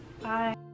Bye